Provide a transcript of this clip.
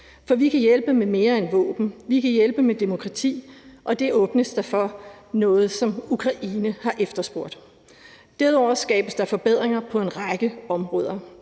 For vi kan hjælpe med mere end våben, vi kan hjælpe med demokrati, og det åbnes der for, noget, som Ukraine har efterspurgt. Derudover skabes der forbedringer på en række områder: